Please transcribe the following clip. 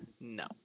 No